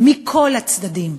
מכל הצדדים,